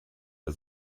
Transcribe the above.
der